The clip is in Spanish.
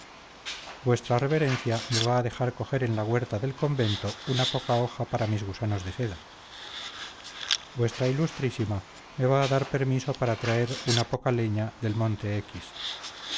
vuestra reverencia me va a dejar coger en la huerta del convento una poca hoja para mis gusanos de seda vuestra ilustrísima me va a dar permiso para traer una poca leña del monte x